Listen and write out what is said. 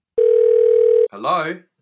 Hello